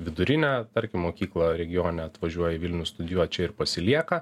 vidurinę tarkim mokyklą regione atvažiuoja į vilnių studijuot čia ir pasilieka